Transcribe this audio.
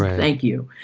thank you.